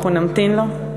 אנחנו נמתין לו?